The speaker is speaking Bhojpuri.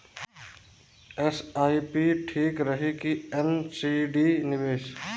एस.आई.पी ठीक रही कि एन.सी.डी निवेश?